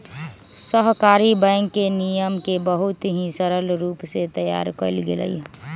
सहकारी बैंक के नियम के बहुत ही सरल रूप से तैयार कइल गैले हई